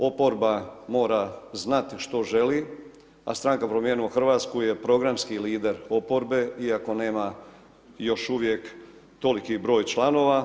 Oporba mora znati što želi, a Stranka Promijenimo Hrvatsku je programski lider oporbe iako nema još uvijek toliki broj članova.